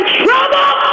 trouble